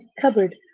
cupboard